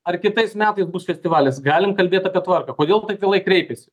ar kitais metais bus festivalis galim kalbėt apie tvarką kodėl taip vėlai kreipėsi